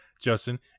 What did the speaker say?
Justin